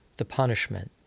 the punishment